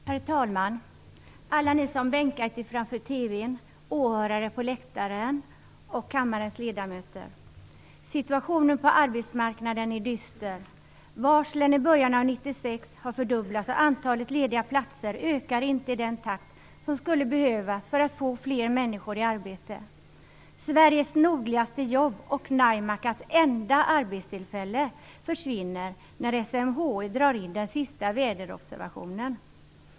Herr talman! Alla ni som har bänkat er framför TV:n, åhörare på läktaren och kammarens ledamöter! Situationen på arbetsmarknaden är dyster. Varslen i början av 1996 har fördubblats. Antalet lediga platser ökar inte i den takt som skulle behövas för att få fler människor i arbete. Sveriges nordligaste jobb och Naimaikas enda arbetstillfälle försvinner när SMHI drar in den sista väderobservationsplatsen.